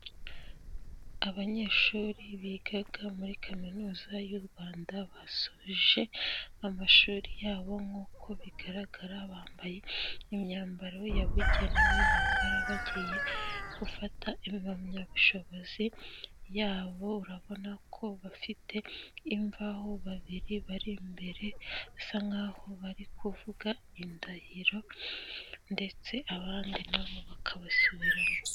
Abanyeshuri bigaga muri kaminuza y'u Rwanda basoje amashuri yabo nkuko bigaragara bambaye imyambaro yabugenewe, bambara bagiye gufata impamyabushobozi yabo. Urabona ko bafite imvaho babiri bari imbere, basa nkaho bari kuvuga indahiro ndetse abandi nabo bakabasubimo.